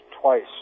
twice